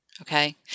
Okay